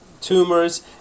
tumors